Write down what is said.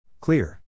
Clear